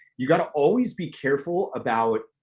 you gotta always be careful about